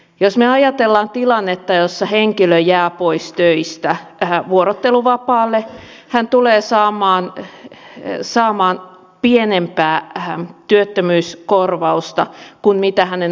jos me ajattelemme tilannetta jossa henkilö jää pois töistä vuorotteluvapaalle hän tulee saamaan pienempää työttömyyskorvausta kuin mitä hänen ansiosidonnaisensa olisi